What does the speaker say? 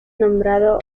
nombrado